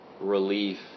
relief